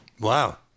Wow